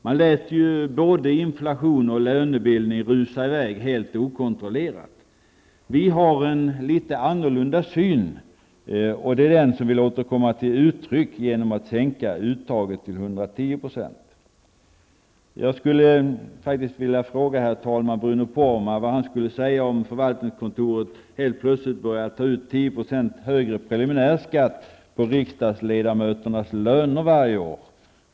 Man lät ju både inflation och löner rusa i väg helt okontrollerat. Vi har en litet annorlunda syn på detta, och denna låter vi komma till uttryck genom att vi sänker uttaget till 110 %. Jag skulle faktiskt, herr talman, vilja fråga Bruno Poromaa vad han skulle säga om förvaltningskontoret helt plötsligt började ta ut 10 % högre preliminärskatt på riksdagsledamöternas löner varje år.